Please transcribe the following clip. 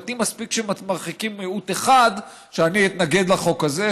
מבחינתי מספיק שמרחיקים מיעוט אחד כדי שאני אתנגד לחוק הזה,